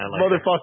Motherfucker